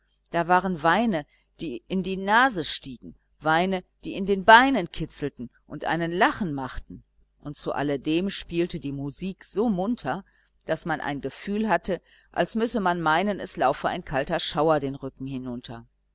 da waren weine die in die nase stiegen weine die in den beinen kitzelten und einen lachen machten und zu alledem spielte die musik so munter daß man ein gefühl hatte als müsse man meinen es laufe ein kalter schauer den rücken hinunter